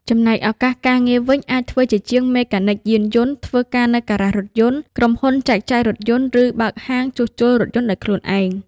ចំណែកឱកាសការងារវិញ អាចធ្វើជាជាងមេកានិកយានយន្ត ធ្វើការនៅហ្គារ៉ាសរថយន្ត ក្រុមហ៊ុនចែកចាយរថយន្ត ឬបើកហាងជួសជុលរថយន្តដោយខ្លួនឯង។